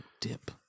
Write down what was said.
dip